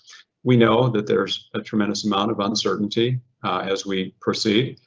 we know that there's a tremendous amount of uncertainty as we proceed,